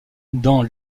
dans